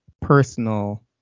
personal